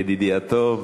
ידידי הטוב.